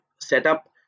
setup